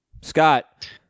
Scott